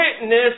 witness